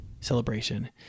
celebration